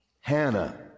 Hannah